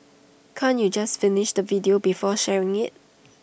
can't you just finish the video before sharing IT